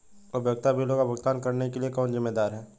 उपयोगिता बिलों का भुगतान करने के लिए कौन जिम्मेदार है?